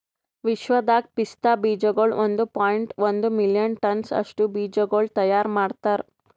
ವಿಶ್ವದಾಗ್ ಪಿಸ್ತಾ ಬೀಜಗೊಳ್ ಒಂದ್ ಪಾಯಿಂಟ್ ಒಂದ್ ಮಿಲಿಯನ್ ಟನ್ಸ್ ಅಷ್ಟು ಬೀಜಗೊಳ್ ತೈಯಾರ್ ಮಾಡ್ತಾರ್